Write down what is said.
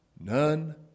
None